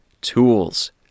tools